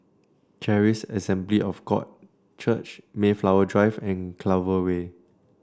Charis Assembly of God Church Mayflower Drive and Clover Way